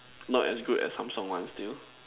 not as good as Samsung one still